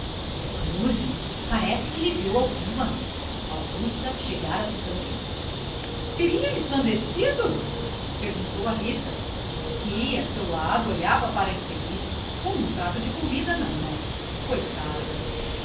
cruzes parece que lhe deu alguma a augusta chegara se também teria ensandecido perguntou à rita que a seu lado olhava para a infeliz com um prato de comida na mão coitada